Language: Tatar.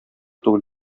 түгел